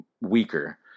weaker